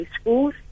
schools